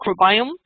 microbiome